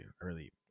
early